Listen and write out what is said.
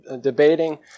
debating